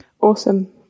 Awesome